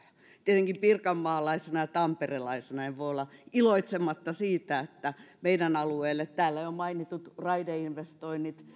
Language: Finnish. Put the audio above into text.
tietenkään pirkanmaalaisena ja tamperelaisena en voi olla iloitsematta siitä että meidän alueellemme niin täällä jo mainitut raideinvestoinnit